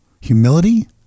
Humility